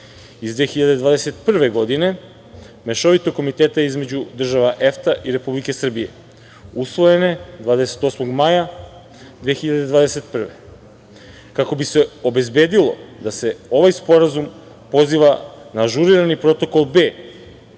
iz 2021. godine, Mešovitog komiteta između država EFTA i Republike Srbije, usvojene 28. maja 2021. godine, kako bi se obezbedilo da se ovaj sporazum poziva na ažurirani Protokol B